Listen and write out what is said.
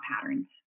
patterns